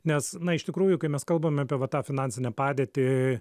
nes na iš tikrųjų kai mes kalbame apie va tą finansinę padėtį